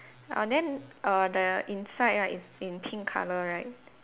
uh then err the inside right is in pink colour right